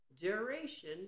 duration